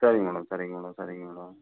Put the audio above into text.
சரிங்க மேடம் சரிங்க மேடம் சரிங்க மேடம்